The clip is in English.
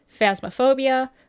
Phasmophobia